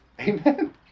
Amen